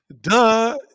duh